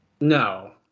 no